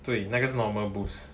对那个是 normal boost